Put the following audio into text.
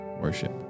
worship